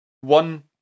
One